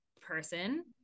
person